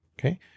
okay